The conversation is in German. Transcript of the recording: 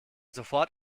sofort